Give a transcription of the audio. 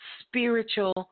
spiritual